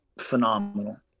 phenomenal